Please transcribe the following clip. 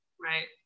Right